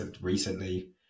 recently